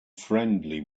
friendly